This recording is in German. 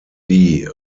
wie